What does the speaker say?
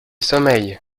sommeil